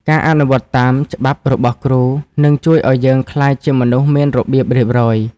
ការអនុវត្តតាម «ច្បាប់» របស់គ្រូ នឹងជួយឱ្យយើងក្លាយជាមនុស្សមានរបៀបរៀបរយ។